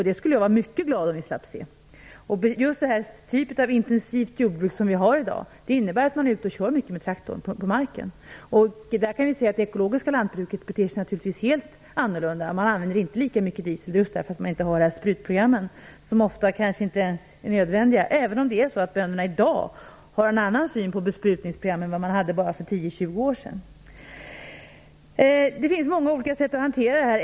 Det skulle jag vara mycket glad att slippa se. Just den typ av intensivt jordbruk som vi har i dag innebär att man är ute och kör mycket med traktor på marken. I det ekologiska lantbruket beter man sig naturligtvis helt annorlunda. Man använder inte lika mycket diesel just därför att man inte har de sprutprogram som ofta kanske inte ens är nödvändiga. Bönderna har i dag en annan syn på besprutningsprogram än för bara 10-20 år sedan. Det finns många olika sätt att hantera detta.